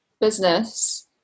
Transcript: business